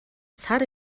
сар